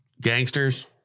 gangsters